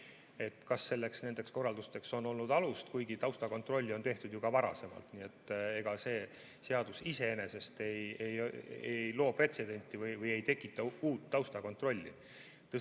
üle, kas nendeks korraldusteks on olnud alust. Kuigi taustakontrolli on tehtud ju ka varasemalt, nii et ega see seadus iseenesest ei loo pretsedenti või ei tekita uut taustakontrolli.